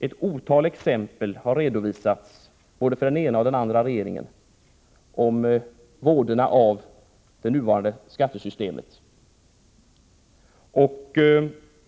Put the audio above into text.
Ett otal exempel har redovisats från både den ena och den andra regeringen om vådorna av det nuvarande skattesystemet.